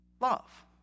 Love